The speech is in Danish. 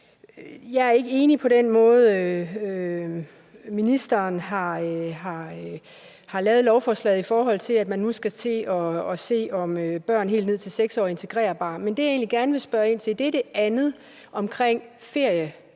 Jeg er ikke enig i den måde, ministeren har lavet lovforslaget på. Man skal nu se, om børn helt ned til 6 år er integrerbare. Det, jeg egentlig gerne vil spørge ind til, er det andet om feriegodtgørelsen.